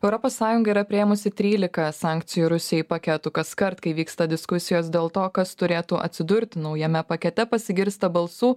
europos sąjunga yra priėmusi trylika sankcijų rusijai paketų kaskart kai vyksta diskusijos dėl to kas turėtų atsidurt naujame pakete pasigirsta balsų